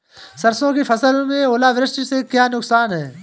सरसों की फसल में ओलावृष्टि से क्या नुकसान है?